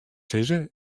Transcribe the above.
sizze